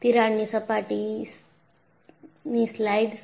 તિરાડની સપાટી સ્લાઇડ્સ